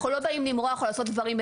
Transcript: --- אנחנו לא באים למרוח או לעשות דברים.